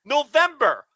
November